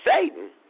Satan